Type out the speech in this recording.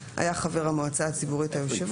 היה חבר המועצה הציבורית היושב-ראש,